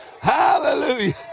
Hallelujah